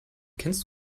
kennst